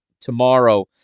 Tomorrow